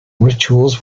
rituals